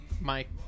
Mike